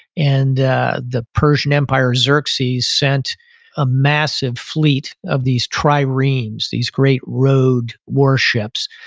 and the persian empire, xerxes sent a massive fleet of these triremes, these great road warships,